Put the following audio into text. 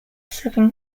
seven